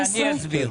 אני אסביר.